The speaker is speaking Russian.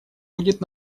будет